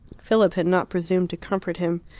philip had not presumed to comfort him.